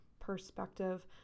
perspective